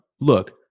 Look